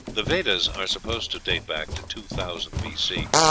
the vedas are supposed to date back to two thousand b c,